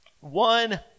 One